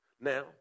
Now